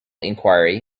inquiry